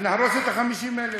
נהרוס את ה-50,000.